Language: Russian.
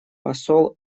посол